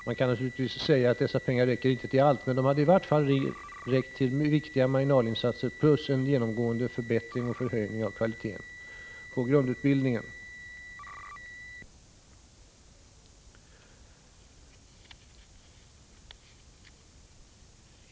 Man kan naturligtvis säga att dessa pengar inte räcker till allt, men de hade i varje fall räckt till viktiga marginalinsatser plus en genomgående förbättring och förhöjning av kvaliteten på grundutbildningen.